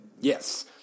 Yes